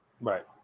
Right